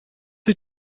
wyt